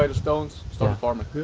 and stones, started farming.